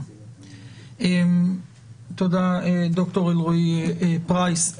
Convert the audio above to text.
תודה, ד"ר אלרעי פרייס.